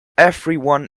everyone